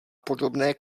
podobné